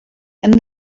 and